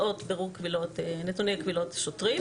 תוצאות נתוני קבילות שוטרים.